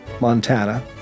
montana